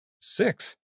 six